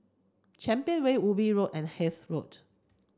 Champion Way Ubi Road and Hythe Road